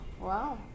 Wow